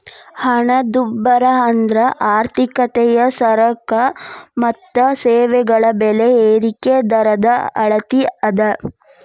ಹಣದುಬ್ಬರ ಅಂದ್ರ ಆರ್ಥಿಕತೆಯ ಸರಕ ಮತ್ತ ಸೇವೆಗಳ ಬೆಲೆ ಏರಿಕಿ ದರದ ಅಳತಿ ಅದ